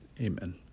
Amen